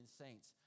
saints